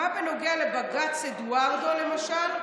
מה בנוגע לבג"ץ אדוארדו למשל,